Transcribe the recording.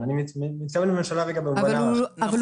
אבל אני מתכוון לממשלה רגע במובן הרחב.